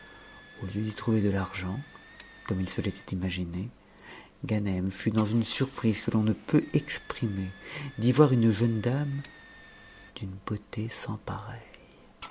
au lieu d'y trouver de l'argent comme il se l'était imaginé ganem fut dans une surprise que l'on ne peut exprimer d'y voir une jeune dame d'une beauté sans pareille